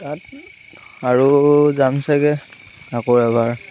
তাত আৰু যাম চাগৈ আকৌ এবাৰ